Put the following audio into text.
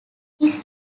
his